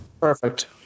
Perfect